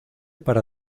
para